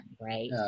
right